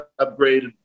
upgraded